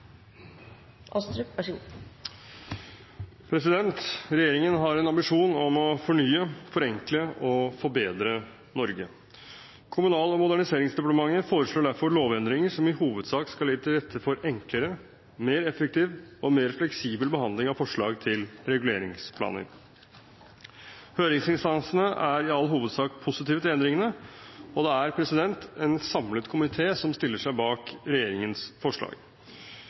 i hovedsak skal legge til rette for enklere, mer effektiv og mer fleksibel behandling av forslag til reguleringsplaner. Høringsinstansene er i all hovedsak positive til endringene, og det er en samlet komité som stiller seg bak regjeringens forslag.